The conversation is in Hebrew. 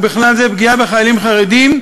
ובכלל זה פגיעה בחיילים חרדים,